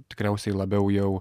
tikriausiai labiau jau